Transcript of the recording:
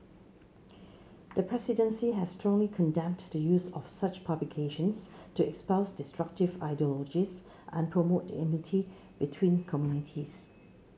the presidency has strongly condemned the use of such publications to espouse destructive ideologies and promote enmity between communities